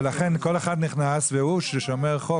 כל אחד נכנס והוא ששומר חוק,